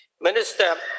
Minister